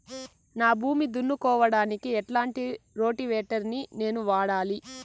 నా భూమి దున్నుకోవడానికి ఎట్లాంటి రోటివేటర్ ని నేను వాడాలి?